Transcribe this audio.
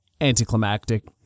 anticlimactic